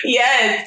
yes